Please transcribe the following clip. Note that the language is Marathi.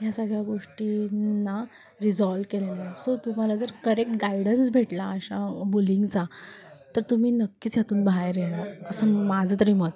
ह्या सगळ्या गोष्टींना रिझॉल्व केलेल्या सो तुम्हाला जर करेक्ट गायडन्स भेटला अशा बुलिंगचा तर तुम्ही नक्कीच हातून बाहेर येणार असं माझं तरी मत आहे